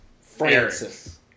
Francis